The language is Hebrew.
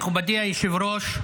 מכובדי היושב-ראש,